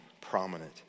prominent